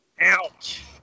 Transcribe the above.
Ouch